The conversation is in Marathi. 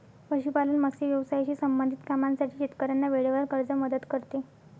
पशुपालन, मत्स्य व्यवसायाशी संबंधित कामांसाठी शेतकऱ्यांना वेळेवर कर्ज मदत करते